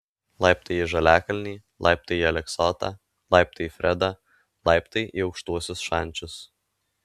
laiptai į žaliakalnį laiptai į aleksotą laiptai į fredą laiptai į aukštuosius šančius